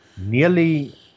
nearly